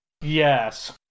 Yes